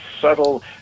subtle